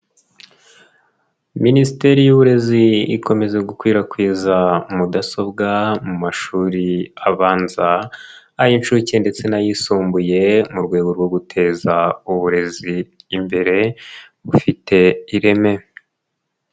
Minisiteri y'uburezi ikomeje gukwirakwiza mudasobwa mu mashuri abanza, ay'incuke ndetse n'ayisumbuye, mu rwego rwo guteza uburezi imbere bufite ireme.